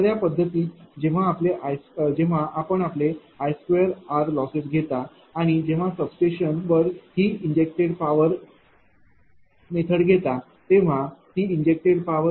तर या पद्धतीत जेव्हा आपण आपले I2R लॉसेस घेता आणि जेव्हा सबस्टेशनवर ही इंजेक्टेड पावर मेथड घेता तेव्हा ती इंजेक्टेड पावर ही 57